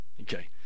Okay